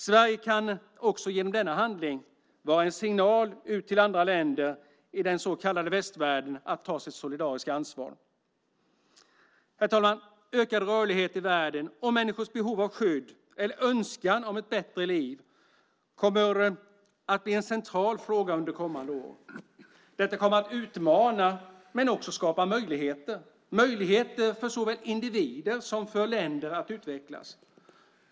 Sverige kan också genom denna handling vara en signal till andra länder i den så kallade västvärlden att ta sitt solidariska ansvar. Herr talman! Ökad rörlighet i världen och människors behov av skydd eller önskan om ett bättre liv kommer att bli en central fråga under kommande år. Detta kommer att utmana men också skapa möjligheter för såväl individer som länder att utvecklas.